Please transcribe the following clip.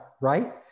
right